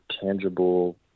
tangible